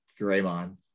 Draymond